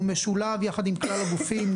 הוא משולב יחד עם כלל הגופים,